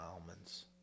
almonds